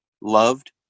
loved